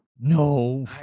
no